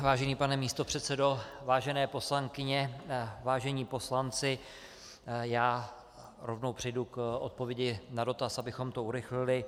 Vážený pane místopředsedo, vážené poslankyně, vážení poslanci, já rovnou přejdu k odpovědi na dotaz, abychom to urychlili.